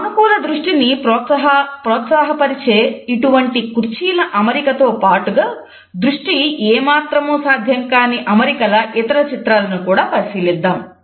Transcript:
సానుకూల దృష్టిని ప్రోత్సాహపరిచే ఇటువంటి కుర్చీల అమరికాతో పాటు దృష్టి ఏమాత్రము సాధ్యంకాని అమరికాల ఇతర చిత్రాలను కూడా పరిశీలిద్దాము